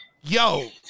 yo